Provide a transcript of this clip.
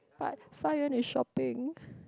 but Fa Yuen is shopping